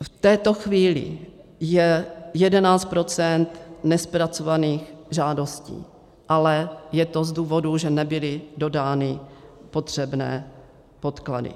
V této chvíli je 11 % nezpracovaných žádostí, ale je to z důvodu, že nebyly dodány potřebné podklady.